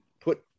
put